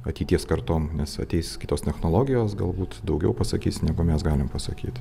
ateities kartom nes ateis kitos technologijos galbūt daugiau pasakys negu mes galim pasakyti